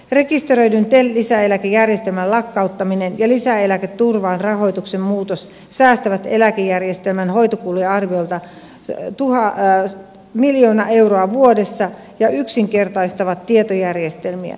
rekisteröidyn tel lisäeläkejärjestelmän lakkauttaminen ja lisäeläketurvan rahoituksen muutos säästävät eläkejärjestelmän hoitokuluja arviolta miljoonaa euroa vuodessa ja yksinkertaistavat tietojärjestelmiä